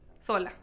sola